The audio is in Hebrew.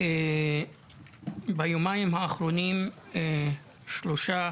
ביומיים האחרונים, שלושה